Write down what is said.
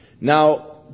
Now